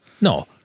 No